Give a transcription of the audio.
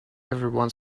everyone